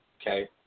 Okay